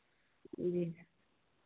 जी